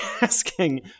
asking